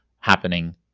happening